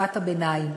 לתקופת הביניים,